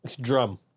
Drum